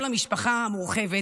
כל המשפחה המורחבת,